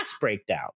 breakdown